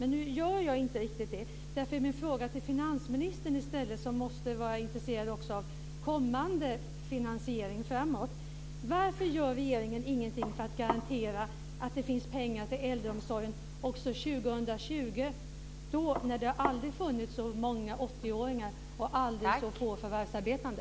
Nu gör jag inte riktigt det. Därför är min fråga till finansministern, som också måste vara intresserad av kommande finansiering framåt: Varför gör regeringen ingenting för att garantera att det finns pengar till äldreomsorgen också 2020, när det aldrig har funnits så många 80-åringar och aldrig så få förvärvsarbetande?